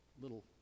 Little